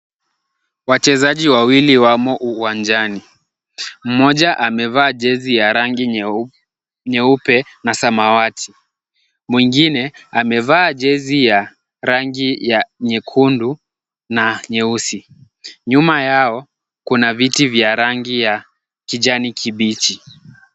Wachezaji wawili wamo uwanjani. Mmoja amevaa jezi ya rangi nyeupe na samawati. Mwingine amevaa jezi ya rangi ya nyekundu na nyeusi. Nyuma yao kuna viti vya rangi ya kijani kibichi.